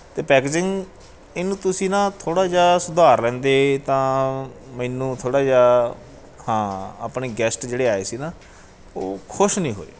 ਅਤੇ ਪੈਕਜਿੰਗ ਇਹਨੂੰ ਤੁਸੀਂ ਨਾ ਥੋੜ੍ਹਾ ਜਿਹਾ ਸੁਧਾਰ ਲੈਂਦੇ ਤਾਂ ਮੈਨੂੰ ਥੋੜ੍ਹਾ ਜਿਹਾ ਹਾਂ ਆਪਣੀ ਗੈਸਟ ਜਿਹੜੇ ਆਏ ਸੀ ਨਾ ਉਹ ਖੁਸ਼ ਨਹੀਂ ਹੋਏ